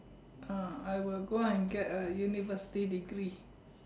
uh I will go and get a university degree